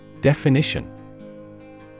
Definition